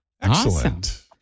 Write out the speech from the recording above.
excellent